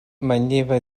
manlleva